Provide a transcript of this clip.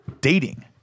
dating